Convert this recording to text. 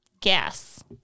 Gas